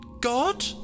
god